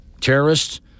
Terrorists